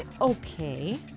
okay